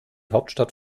hauptstadt